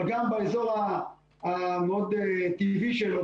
אבל גם באזור המאוד טבעי שלו,